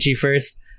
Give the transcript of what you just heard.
first